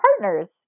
partners